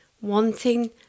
wanting